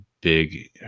big